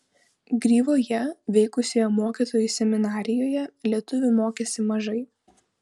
gryvoje veikusioje mokytojų seminarijoje lietuvių mokėsi mažai